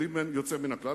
בלי יוצא מן הכלל,